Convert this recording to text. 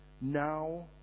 Now